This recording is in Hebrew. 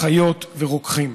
אחיות ורוקחים.